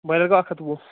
broiler گوٚو اَکھ ہَتھ وُہ